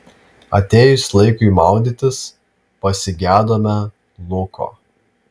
atėjus laikui maudytis pasigedome luko